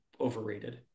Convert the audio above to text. overrated